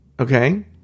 okay